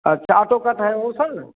अच्छा auto cut है वो सर